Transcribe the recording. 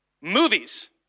Movies